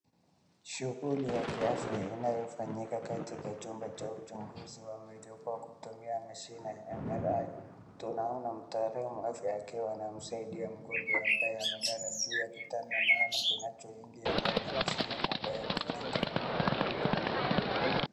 Shughuli ya afya inayofanyika katika chumba cha uchunguzi wa mwili kwa kutumia mashine ya MMR .Tunaona mtaalam wa afya akiwa anamsaidia mgonjwa ambaye amelala juu ya kitanda maalum kinacho ingia ndani ya mashine ambaye ni ya mviringo.